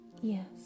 Yes